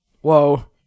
Whoa